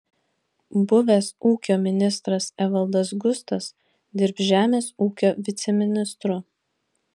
buvęs ūkio ministras evaldas gustas dirbs žemės ūkio viceministru